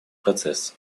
процесса